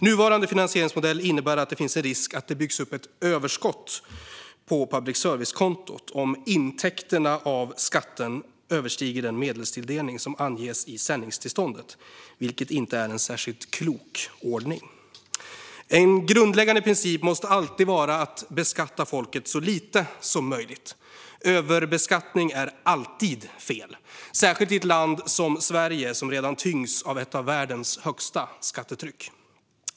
Nuvarande finansieringsmodell innebär att det finns en risk att det byggs upp ett överskott på public service-kontot om intäkterna av skatten överstiger den medelstilldelning som anges i sändningstillståndet, vilket inte är en särskilt klok ordning. En grundläggande princip måste alltid vara att beskatta folket så lite som möjligt. Överbeskattning är alltid fel, särskilt i ett land som Sverige, som redan tyngs av ett av världens högsta skattetryck.